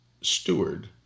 steward